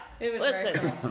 Listen